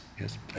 Yes